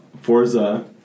Forza